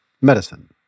medicine